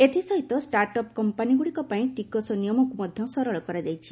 ଏଥିସହିତ start up କମ୍ପାନିଗୁଡ଼ିକ ପାଇଁ ଟିକସ ନିୟମକୁ ମଧ୍ୟ ସରଳ କରାଯାଇଛି